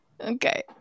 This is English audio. okay